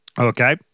Okay